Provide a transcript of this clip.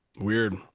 Weird